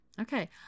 Okay